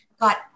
got